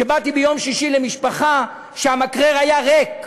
שבאתי ביום שישי למשפחה שהמקרר שלה היה ריק.